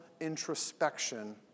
introspection